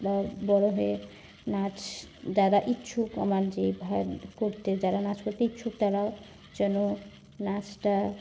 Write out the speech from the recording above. বা বড়ো হয়ে নাচ যারা ইচ্ছুক আমার যে ভ করতে যারা নাচ করতে ইচ্ছুক তারাও যেন নাচটা